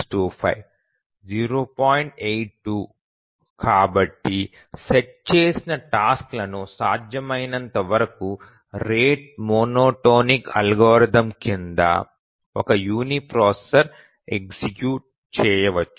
82 కాబట్టి సెట్ చేసిన టాస్క్ లను సాధ్యమైనంత వరకు రేట్ మోనోటోనిక్ అల్గోరిథం కింద ఒక యూనిప్రాసెసర్ ఎగ్జిక్యూట్ చేయవచ్చు